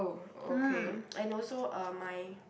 mm and also uh my